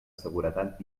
seguretat